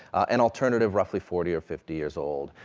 an alternative roughly forty or fifty years old.